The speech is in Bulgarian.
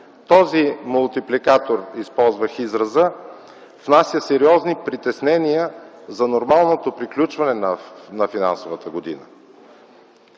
този мултипликатор, използвах израза, внася сериозни притеснения за нормалното приключване на финансовата година.